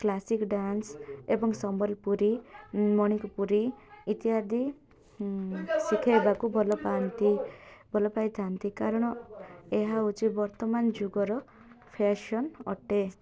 classic dance ଏବଂ ସମ୍ବଲପୁରୀ ମଣିିକପୁରୀ ଇତ୍ୟାଦି ଶିଖାଇବାକୁ ଭଲ ପାଆନ୍ତି ଭଲ ପାଇଥାନ୍ତି କାରଣ ଏହା ହେଉଛି ବର୍ତ୍ତମାନ ଯୁଗର ଫ୍ୟାସନ୍ ଅଟେ